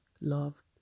love